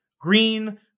green